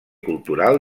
cultural